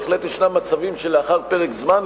בהחלט יש מצבים שלאחר פרק זמן,